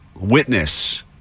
witness